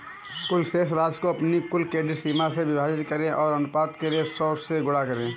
कुल शेष राशि को अपनी कुल क्रेडिट सीमा से विभाजित करें और अनुपात के लिए सौ से गुणा करें